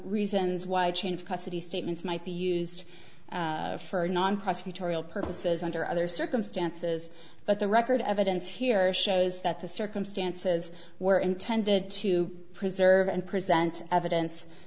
reasons why chain of custody statements might be used for non prosecutorial purposes under other circumstances but the record evidence here shows that the circumstances were intended to preserve and present evidence